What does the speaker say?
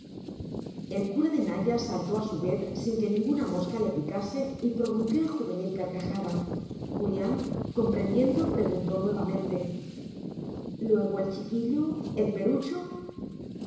el cura de naya saltó a su vez sin que ninguna mosca le picase y prorrumpió en juvenil carcajada julián comprendiendo preguntó nuevamente luego el chiquillo el perucho